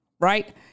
right